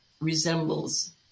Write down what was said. resembles